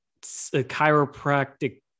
chiropractic